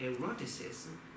eroticism